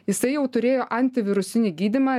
jisai jau turėjo antivirusinį gydymą